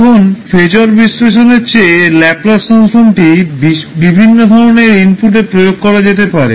এখন ফেজর বিশ্লেষণের চেয়ে ল্যাপলাস ট্রান্সফর্মটি বিভিন্ন ধরণের ইনপুটে প্রয়োগ করা যেতে পারে